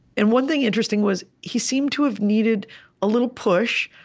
and one thing interesting was, he seemed to have needed a little push,